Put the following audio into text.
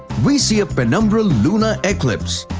we see a penumbral lunar eclipse.